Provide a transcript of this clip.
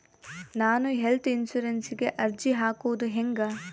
ನಾನು ಹೆಲ್ತ್ ಇನ್ಸುರೆನ್ಸಿಗೆ ಅರ್ಜಿ ಹಾಕದು ಹೆಂಗ?